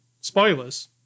spoilers